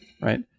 right